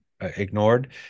ignored